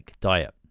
diet